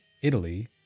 Italy